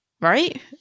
right